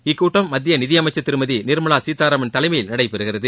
இக்கூட்டம் மத்திய நிதியமைச்சர் திருமதி நிர்மலா சீதாராமன் தலைமையில் நடைபெறுகிறது